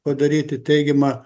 padaryti teigiamą